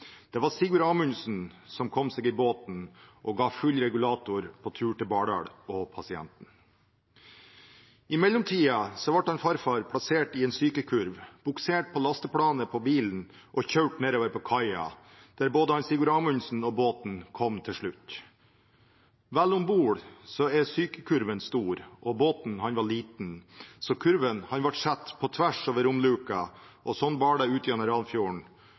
Det var Sigurd Amundsen som kom seg ut i båten og ga full regulator på tur til Bardal og pasienten. I mellomtiden ble farfar plassert i en sykekurv, buksert på lasteplanet på bilen og kjørt nedover til kaia, dit både Sigurd Amundsen og båten kom til slutt. Vel om bord var sykekurven stor, og båten var liten, så kurven ble satt på tvers over romluka, og slik bar det ut